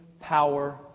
power